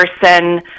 person